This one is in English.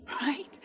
right